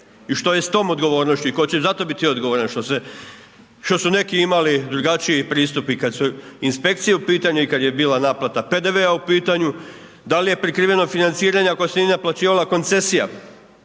i što je s tom odgovornošću i tko će za to biti odgovoran što su neki imali drugačiji pristup i kad su inspekcije u pitanju i kad je bila naplata PDV-a u pitanju, da li je prikriveno financiranje ako se nije naplaćivala koncesija